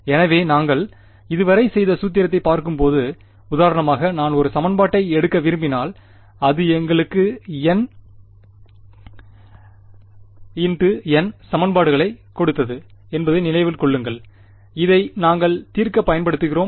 எனவே நாங்கள் இதுவரை செய்த இந்த சூத்திரத்தைப் பார்க்கும்போது உதாரணமாக நான் ஒரு சமன்பாட்டை எடுக்க விரும்பினால் இது எங்களுக்கு N × N சமன்பாடுகளைக் கொடுத்தது என்பதை நினைவில் கொள்ளுங்கள் இதை நாங்கள் தீர்க்கப் பயன்படுத்துகிறோம்